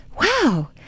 wow